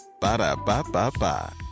Ba-da-ba-ba-ba